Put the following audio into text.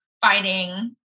fighting